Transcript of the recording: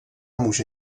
může